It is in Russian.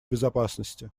безопасности